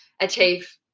achieve